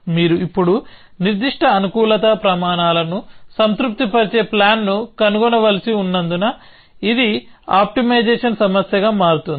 మీరు ఇప్పుడు నిర్దిష్ట అనుకూలత ప్రమాణాలను సంతృప్తిపరిచే ప్లాన్ను కనుగొనవలసి ఉన్నందున ఇది ఆప్టిమైజేషన్ సమస్యగా మారుతుంది